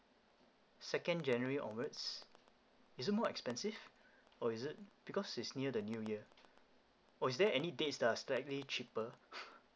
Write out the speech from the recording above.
second january onwards is it more expensive or is it because it's near the new year or is there any dates does slightly cheaper